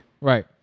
right